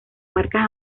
marcas